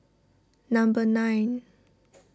number nine